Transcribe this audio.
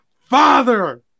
father